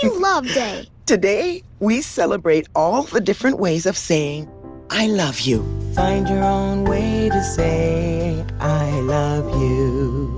and love day! today we celebrate all the different ways of saying i love you. find your own way to say i love you